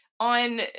on